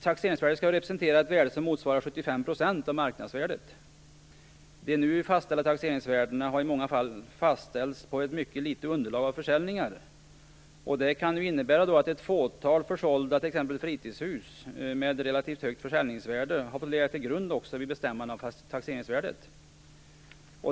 Taxeringsvärdet skall representera ett värde som motsvarar 75 % av marknadsvärdet. De nu fastställda taxeringsvärdena har i många fall fastställts på grundval av ett mycket litet antal försäljningar. Det kan innebära att t.ex. ett fåtal försålda fritidshus med ett relativt högt försäljningsvärde har fått ligga till grund också vid bestämmande av taxeringsvärdet.